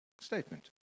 statement